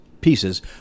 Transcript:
pieces